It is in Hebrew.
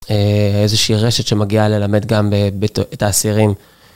איזושהי רשת שמגיעה ללמד גם את האסירים.